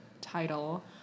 title